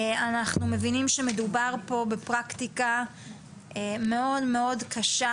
אנחנו מבינים שמדובר פה בפרקטיקה מאוד מאוד קשה